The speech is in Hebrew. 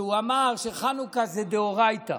שאמר שחנוכה זה דאורייתא,